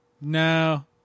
No